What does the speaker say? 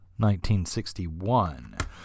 1961